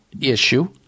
issue